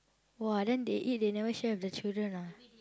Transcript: !wah! then they eat they never share with the children ah